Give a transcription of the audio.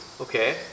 Okay